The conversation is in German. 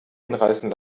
hinreißen